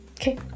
okay